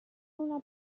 una